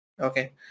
Okay